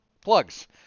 Plugs